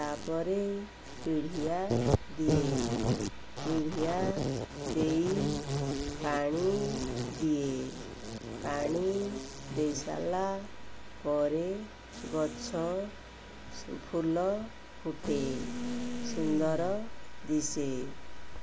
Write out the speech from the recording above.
ତାପରେ ପିଡ଼ିଆ ଦିଏ ପିଡ଼ିଆ ଦେଇ ପାଣି ଦିଏ ପାଣି ଦେଇସାରିଲା ପରେ ଗଛ ଫୁଲ ଫୁଟେ ସୁନ୍ଦର ଦିଶେ